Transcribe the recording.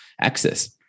access